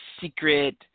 secret